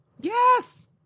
Yes